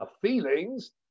feelings